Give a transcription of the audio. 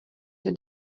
your